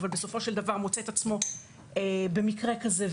אבל אם בסופו של דבר הוא מוצא את עצמו במקרה כזה,